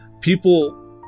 people